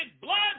blood